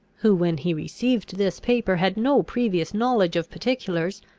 who when he received this paper had no previous knowledge of particulars,